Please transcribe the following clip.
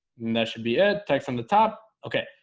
and that should be it text on the top. okay?